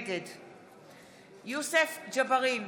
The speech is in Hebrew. נגד יוסף ג'בארין,